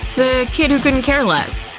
kid who couldn't care less.